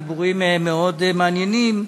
דיבורים מאוד מעניינים.